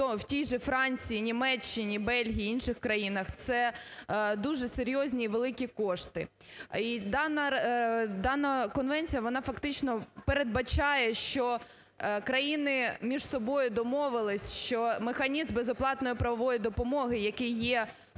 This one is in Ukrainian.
в тій же Франції, Німеччині, Бельгії інших країнах, це дуже серйозні і великі кошти. І дана конвенція, вона фактично передбачає, що країни між собою домовились, що механізм безоплатної правової допомоги, який є